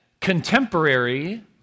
contemporary